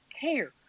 care